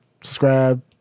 subscribe